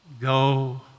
go